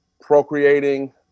procreating